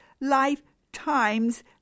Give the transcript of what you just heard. lifetimes